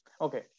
okay